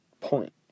point